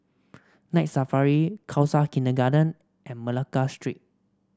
Night Safari Khalsa Kindergarten and Malacca Street